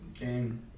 game